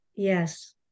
Yes